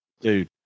Dude